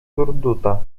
surduta